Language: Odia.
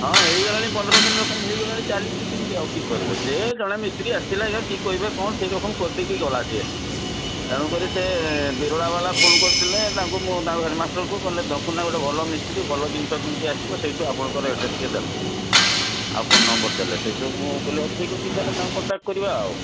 ହଁ ହେଇଗଲାଣି ପନ୍ଦର ଦିନ ରକମ ହେଇଗଲାଣି ଚାଲିଛି ସେମିତି ଆଉ କିଏ କରିବେ ସେ ଜଣେ ମିସ୍ତ୍ରୀ ଆସିଥିଲା ଆଜ୍ଞା କି କହିବେ କ'ଣ ସେଇ ରକମ କରି ଦେଇକି ଗଲା ସିଏ ତେଣୁ କରି ସେ ବିରଳା ବାଲା ଫୋନ୍ କରିଥିଲେ ତାଙ୍କୁ ମୁଁ ତାଙ୍କ ହେଡ଼ମାଷ୍ଟରକୁ କହିଲେ ଧକୁନା ଗୋଟେ ଭଲ ମିସ୍ତ୍ରୀ ଭଲ ଜିନିଷ କେମିତି ଆସିବ ସେଇଠୁ ଆପଣଙ୍କର ଆଡ୍ରେସ୍ ଦେଲେ ଆଉ ଫୋନ୍ ନମ୍ବର ଦେଲେ ସେଇଠୁ ମୁଁ କହିଲି ହେଉ ଠିକ ଅଛି ତାହେଲେ ତାଙ୍କୁ କଣ୍ଟାକ୍ଟ କରିବା ଆଉ